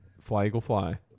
Fly-Eagle-Fly